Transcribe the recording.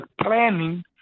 planning